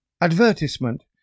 Advertisement